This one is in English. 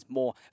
more